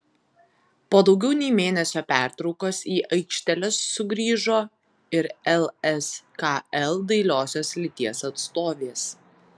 po daugiau nei mėnesio pertraukos į aikšteles sugrįžo ir lskl dailiosios lyties atstovės